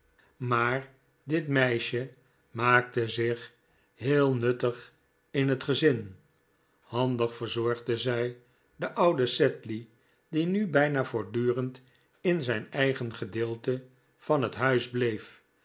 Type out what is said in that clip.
maar dit meisje maakte zich heel nuttig in het gezin handig verzorgde zij den ouden sedley die nu bijna voortdurend in zijn eigen gedeelte van het huis bleef